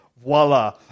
voila